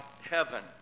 heaven